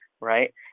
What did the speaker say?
right